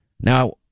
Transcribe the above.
now